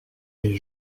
est